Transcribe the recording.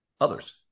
others